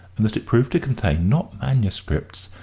and that it proved to contain, not manuscripts,